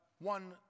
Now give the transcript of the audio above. one